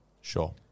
Sure